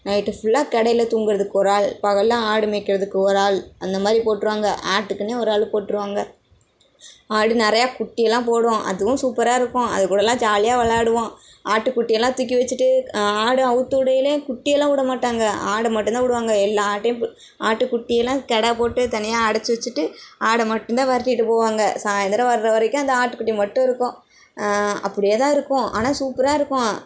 night ஃபுல்லா கெடையில தூங்குறதுக்கு ஒரு ஆள் பகல்ல ஆடு மேய்க்கிறதுக்கு ஒரு ஆள் அந்தமாதிரி போட்டிருவாங்க ஆட்டுக்குன்னே ஒரு ஆள் போட்டிருவாங்க ஆடு நிறையா குட்டி எல்லாம் போடும் அதுவும் சூப்பராக இருக்கும் அது கூடலாம் ஜாலியாக விளாடுவோம் ஆட்டுக்குட்டி எல்லாம் தூக்கி வச்சிட்டு ஆடு அவித்து உடையிலே குட்டி எல்லாம் விடமாட்டாங்க ஆடை மட்டுந்தான் விடுவாங்க எல்லா ஆட்டையும் ஆட்டுக்குட்டி எல்லாம் கிடா போட்டு தனியாக அடைச்சி வச்சிட்டு ஆடை மட்டுந்தான் விரட்டிட்டு போவாங்கள் சாயந்தரம் வர்ற வரைக்கும் அந்த ஆட்டுக்குட்டி மட்டும் இருக்கும் அப்படியேதான் இருக்கும் ஆனால் சூப்பராக இருக்கும்